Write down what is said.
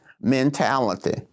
mentality